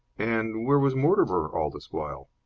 and where was mortimer all this while?